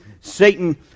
Satan